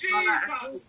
Jesus